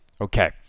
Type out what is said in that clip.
Okay